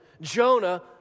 Jonah